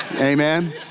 amen